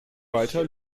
weiter